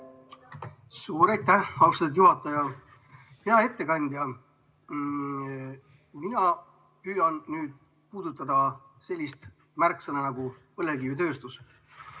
Suur aitäh, austatud juhataja! Hea ettekandja! Mina püüan puudutada sellist märksõna nagu põlevkivitööstus.